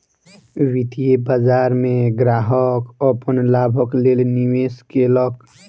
वित्तीय बाजार में ग्राहक अपन लाभक लेल निवेश केलक